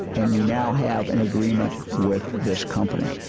and we now have an agreement with this company.